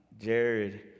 Jared